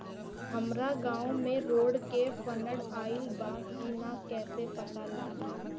हमरा गांव मे रोड के फन्ड आइल बा कि ना कैसे पता लागि?